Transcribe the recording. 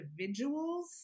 individuals